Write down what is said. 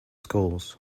schools